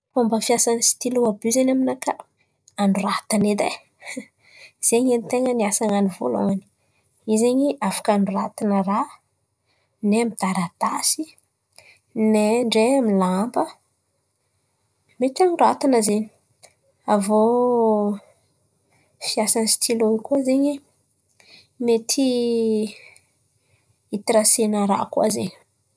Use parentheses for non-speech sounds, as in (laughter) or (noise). Fômba fampiasana stilô àby io zen̈y aminakà anoratana edy ai (laughs) zen̈y edy ten̈a asan̈any vôlohany. Izy zen̈y afaka anoratana raha n̈ay amy ny taratasy nay-ndray amy ny lamba. Avô fiasan̈y stilô koa zen̈y mety hitrasena raha koa zen̈y.